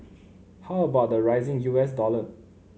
how about the rising U S dollar